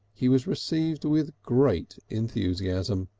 he was received with great enthusiasm.